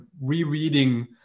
rereading